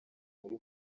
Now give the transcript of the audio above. muri